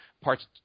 parts